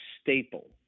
staple